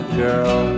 girl